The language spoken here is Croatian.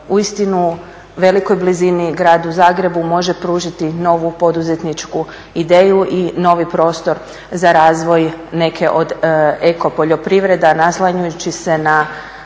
uistinu velikoj blizini gradu Zagrebu može pružiti novu poduzetničku ideju i novi prostor za razvoj neke od eko poljoprivreda naslanjajući se na